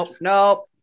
Nope